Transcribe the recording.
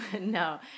No